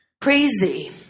Crazy